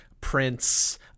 Prince